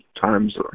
times